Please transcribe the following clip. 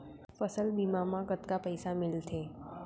फसल बीमा म कतका पइसा मिलथे?